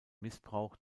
missbrauch